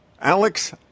Alex